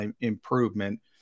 improvement